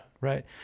right